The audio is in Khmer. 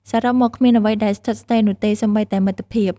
សរុបមក គ្មានអ្វីដែលស្ថិតស្ថេរនោះទេ សូម្បីតែមិត្តភាព។